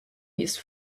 his